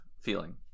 feeling